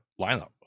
lineup